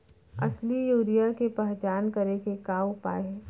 असली यूरिया के पहचान करे के का उपाय हे?